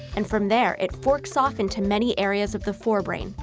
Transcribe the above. and from there, it forks off into many areas of the forebrain,